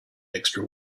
extra